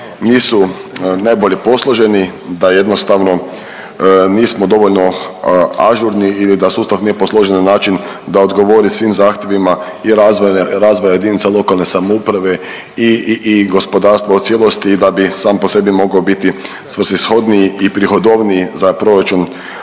nisu najbolje posloženi. Da jednostavno nismo dovoljno ažurni ili da sustav nije posložen na način da odgovori svim zahtjevima i razvoja jedinica lokalne samouprave i gospodarstva u cijelosti i da bi sam po sebi mogao biti svrsishodniji i prihodovniji za proračun